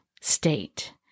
state